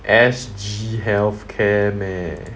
S_G health care meh